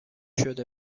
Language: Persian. شده